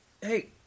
Hey